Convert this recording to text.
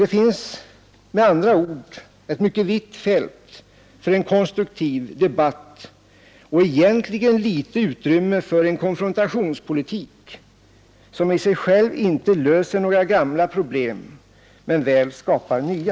Det finns med andra ord ett omfattande fält för en konstruktiv debatt och egentligen litet utrymme för en konfrontationspolitik, som i sig själv inte löser några gamla problem, men väl skapar nya.